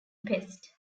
pest